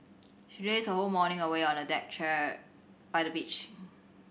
she lazed her whole morning away on a deck chair by the beach